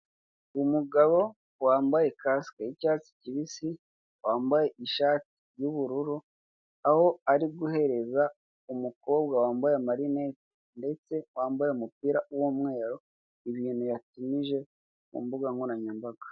Umugabo wambaye kasike y'icyatsi kibisi, wambaye ishati y'ubururu, aho ari guhereza umukobwa wambaye amarinete ndetse wambaye umupira w'umweru ibintu yatije ku mbuga nkoranyambaga.